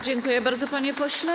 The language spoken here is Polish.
Dziękuję bardzo, panie pośle.